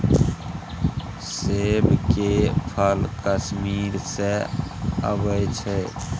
सेब के फल कश्मीर सँ अबई छै